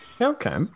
Okay